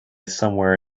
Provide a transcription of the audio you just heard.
somewhere